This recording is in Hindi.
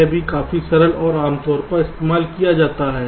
यह भी काफी सरल और आमतौर पर इस्तेमाल किया जाता है